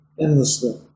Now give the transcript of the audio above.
endlessly